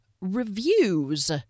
reviews